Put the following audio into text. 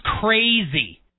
crazy